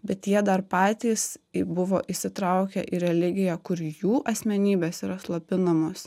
bet jie dar patys buvo įsitraukę į religiją kur jų asmenybės yra slopinamos